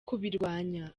kubirwanya